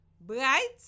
bright